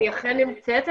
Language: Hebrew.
אני אכן נמצאת,